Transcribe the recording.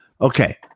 Okay